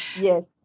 Yes